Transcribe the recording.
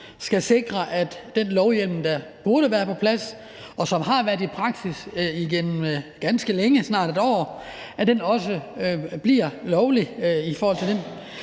skal sikre, at det, der burde have været lovhjemmel for, og som har været praksis ganske længe, snart et år, også bliver lovligt – i forhold til den